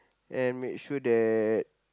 and make sure that